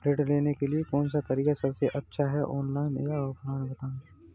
ऋण लेने के लिए कौन सा तरीका सबसे अच्छा है ऑनलाइन या ऑफलाइन बताएँ?